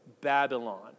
Babylon